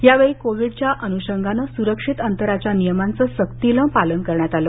यावेळी कोविडच्या अनुषंगानं स्रक्षित अंतराच्या नियमांचं सक्तीनं पालन करण्यात आलं